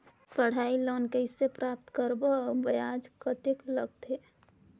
पढ़ाई लोन कइसे प्राप्त करबो अउ ब्याज कतेक लगथे?